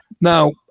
Now